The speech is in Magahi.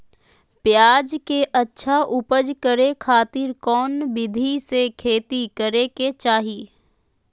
प्याज के अच्छा उपज करे खातिर कौन विधि से खेती करे के चाही?